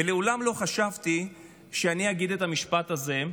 מעולם לא חשבתי שאני אגיד את המשפט הזה,